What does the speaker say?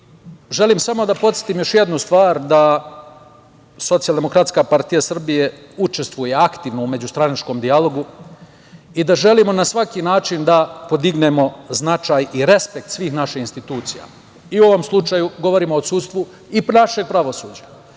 samo da podsetim još jednu stvar, da SDPS učestvuje aktivno u međustranačkom dijalogu i da želimo na svaki način da podignemo značaj i respekt svih naših institucija. U ovom slučaju govorimo o sudstvu i našem pravosuđu.